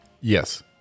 yes